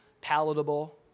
palatable